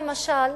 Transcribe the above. למשל,